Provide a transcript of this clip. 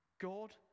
God